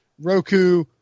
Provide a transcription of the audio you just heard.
Roku